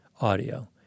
audio